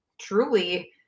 truly